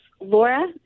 Laura